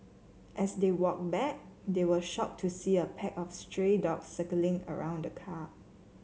as they walked back they were shocked to see a pack of stray dogs circling around the car